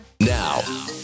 Now